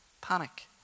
Panic